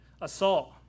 assault